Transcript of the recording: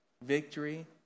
Victory